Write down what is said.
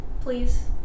please